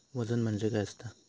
वजन म्हणजे काय असता?